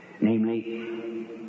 Namely